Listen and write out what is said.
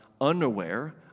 unaware